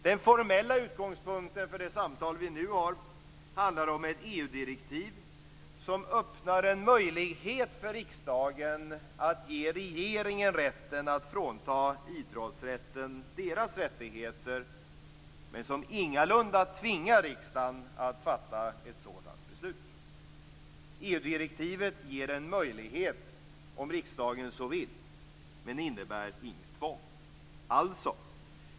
Den formella utgångspunkten är ett EU direktiv som öppnar en möjlighet för riksdagen att ge regeringen rätt att frånta idrottsrörelsen dess rättigheter. Däremot tvingar EU-direktivet ingalunda riksdagen att fatta ett sådant beslut. EU-direktivet ger en möjlighet, om riksdagen så vill, men innebär inget tvång.